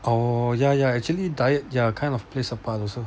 oh ya ya actually diet ya kind of plays a part also